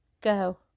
go